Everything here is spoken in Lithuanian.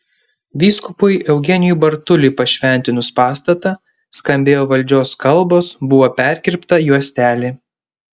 vyskupui eugenijui bartuliui pašventinus pastatą skambėjo valdžios kalbos buvo perkirpta juostelė